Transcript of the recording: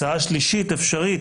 הצעה שלישית אפשרית